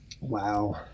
Wow